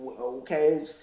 okay